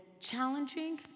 challenging